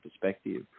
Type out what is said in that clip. perspective